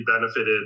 benefited